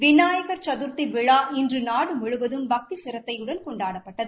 விநாயக் சதர்த்தி விழா இன்று நாடு முழுவதும் பக்தி சிரத்தையுடன் கொண்டாடப்பட்டது